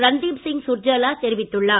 ரன்தீப் சிங் சுர்ஜேவாலா தெரிவித்துள்ளார்